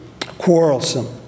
quarrelsome